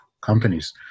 companies